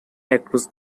across